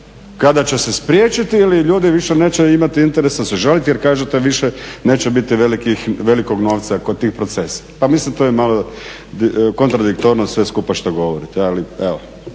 kada će se spriječiti ili ljudi više neće imati interesa se žaliti jer kažete više neće biti velikog novca kod tih procesa. Pa mislim to je malo kontradiktorno sve skupa što govorite.